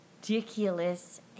ridiculous